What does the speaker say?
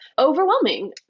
Overwhelming